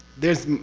there's.